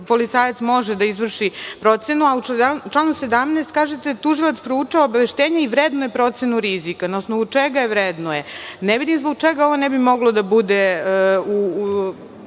policajac može da izvrši procenu, a u članu 17. kažete da tužilac proučava obaveštenje i vrednuje procenu rizika. Na osnovu čega je vrednuje? Ne vidim zbog čega ovo ne bi moglo da bude